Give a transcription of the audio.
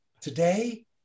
Today